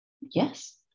Yes